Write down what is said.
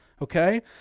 Okay